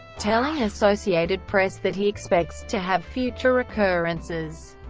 telling associated press that he expects to have future recurrences.